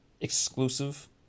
exclusive